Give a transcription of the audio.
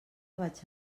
vaig